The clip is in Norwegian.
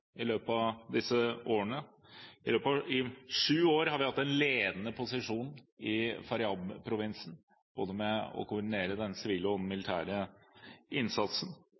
i løpet av disse årene. I sju år har vi hatt en ledende posisjon i Faryab-provinsen med å koordinere både den sivile og den militære innsatsen.